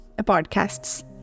podcasts